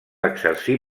exercir